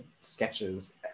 sketches